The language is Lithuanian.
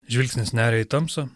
žvilgsnis neria į tamsą